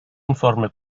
informe